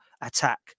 attack